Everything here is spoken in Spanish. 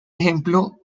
ejemplo